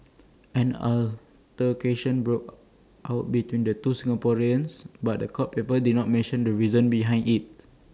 an altercation broke out between the two Singaporeans but court papers did not mention the reason behind IT